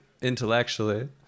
intellectually